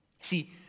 See